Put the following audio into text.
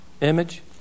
image